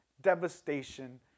devastation